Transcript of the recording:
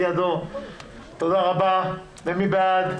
מי בעד?